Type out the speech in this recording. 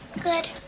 Good